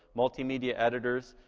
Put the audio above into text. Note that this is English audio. multimedia editors.